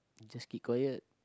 just keep quiet